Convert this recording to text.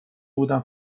بودم